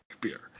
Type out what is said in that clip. beer